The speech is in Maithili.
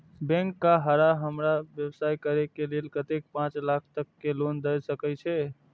बैंक का हमरा व्यवसाय करें के लेल कतेक पाँच लाख तक के लोन दाय सके छे?